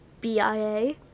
BIA